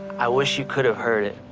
i wish you could have heard it.